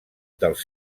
dels